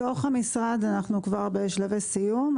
בתוך המשרד אנחנו כבר בשלבי סיום,